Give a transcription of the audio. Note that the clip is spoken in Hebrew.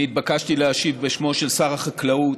אני התבקשתי להשיב בשמו של שר החקלאות,